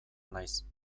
naiz